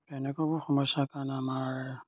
এনেকুৱাবোৰ সমস্যাৰ কাৰণে আমাৰ